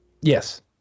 Yes